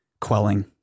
quelling